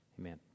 Amen